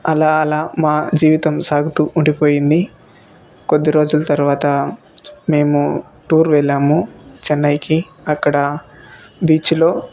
అలా అలా మా జీవితం సాగుతు ఉండిపోయింది కొద్ది రోజులు తర్వాత మేము టూరు వెళ్ళాము చెన్నైకి అక్కడ బీచ్లో